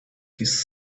his